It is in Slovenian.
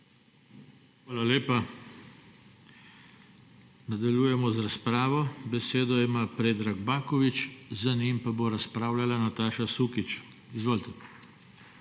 Hvala lepa. Nadaljujemo z razpravo. Besedo ima Predrag Baković, za njim pa bo razpravljala Nataša Sukič. Izvolite.